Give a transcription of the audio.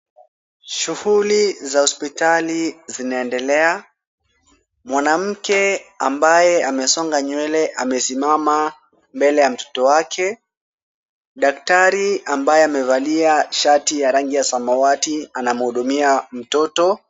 Shughuli za hospitali zinazendelea. Mwanamke ambaye amesonga nywele amesimama mbele ya mtoto wake. Daktari ambaye amevalia shati ya rangi ya samawati anamhudumia mtoto.